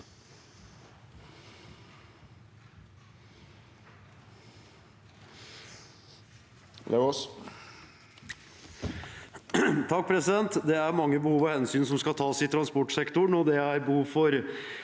Det er mange be- hov og hensyn som skal ivaretas i transportsektoren, og det er behov for